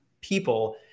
people